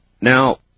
Now